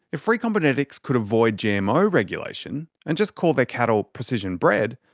if recombinetics could avoid gmo regulation and just call their cattle precision bred,